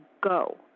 go